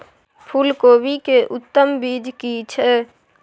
फूलकोबी के उत्तम बीज की छै?